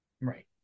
Right